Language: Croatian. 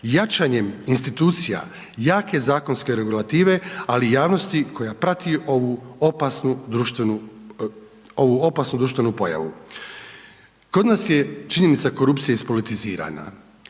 Jačanjem institucija jake zakonske regulative, ali i javnosti koja prati ovu opasnu društvenu pojavu. Kod nas je činjenica korupcije ispolitizirana,